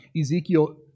Ezekiel